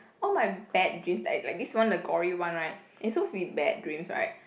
all my bad dream like like this one the gory one right it's suppose to be bad dreams right